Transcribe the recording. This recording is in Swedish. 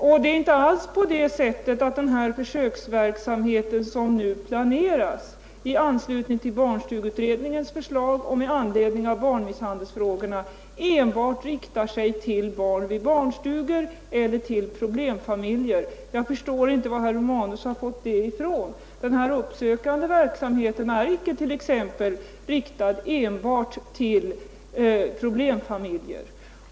Sedan är det heller inte alls så att den försöksverksamhet som nu planeras i anslutning till barnstugeutredningens förslag och med anledning av barnmisshandelsfrågorna riktar sig enbart till barn vid barnstugor eller till problemfamiljer. Jag förstår inte vad herr Romanus har fått det ifrån. Den uppsökande verksamheten riktar sig inte enbart till problemfamiljer.